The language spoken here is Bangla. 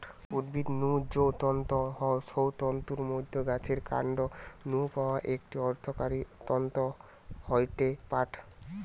উদ্ভিদ নু যৌ তন্তু হয় সৌ তন্তুর মধ্যে গাছের কান্ড নু পাওয়া একটি অর্থকরী তন্তু হয়ঠে পাট